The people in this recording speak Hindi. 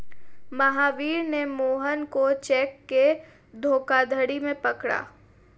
महावीर ने मोहन को चेक के धोखाधड़ी में पकड़ा